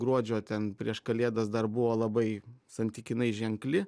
gruodžio ten prieš kalėdas dar buvo labai santykinai ženkli